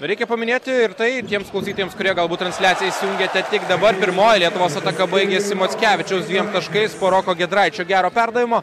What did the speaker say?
reikia paminėti ir tai tiems klausytojams kurie gal būt transliaciją įsijungiate tik dabar pirmoji lietuvos ataka baigėsi mockevičiaus dviem taškais po roko giedraičio gero perdavimo